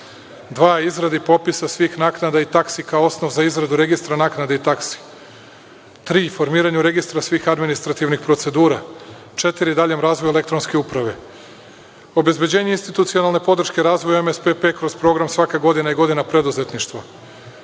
– izradi popisa svih naknada i taksi kao osnov za izradu registra naknadi i taksi. Pod tri – formiranju registarskih-administrativnih procedura. Pod četiri – daljem razvoju elektronske uprave. Obezbeđenje institucionalne podrške razvoju MSPP kroz program „Svaka godina je godina preduzetništva“.